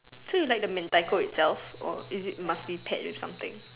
so you like the Mentaiko itself or is it must be paired with something